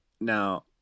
Now